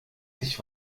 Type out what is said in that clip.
dich